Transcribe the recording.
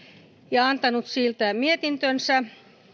ja antanut siitä mietintönsä